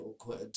awkward